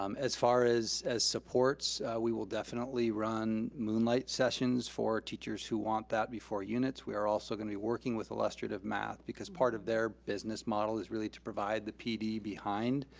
um as far as as supports, we will definitely run moonlight sessions for teachers who want that before units. we are also gonna be working with illustrative math because part of their business model is really to provide the pd behind